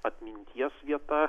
atminties vieta